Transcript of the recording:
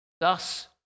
thus